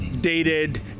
dated